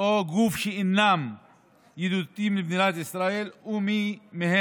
או גוף שאינם ידידותיים למדינת ישראל ומיהם